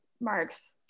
marks